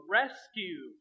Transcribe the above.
rescue